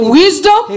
wisdom